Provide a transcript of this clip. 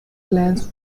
plans